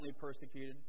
persecuted